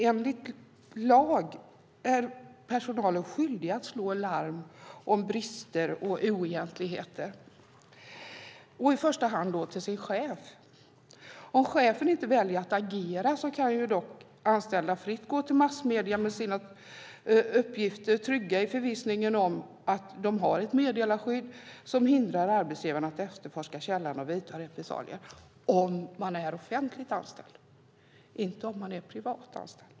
Enligt lag är personalen skyldig att slå larm om brister och oegentligheter, i första hand till sin chef. Om chefen väljer att inte agera kan anställda fritt gå till massmedierna med sina uppgifter, trygga i förvissningen om att de har ett meddelarskydd som hindrar arbetsgivaren att efterforska källan och vidta repressalier - om de är offentligt anställda, inte privat anställda.